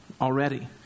already